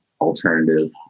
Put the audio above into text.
alternative